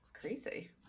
crazy